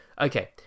Okay